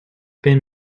been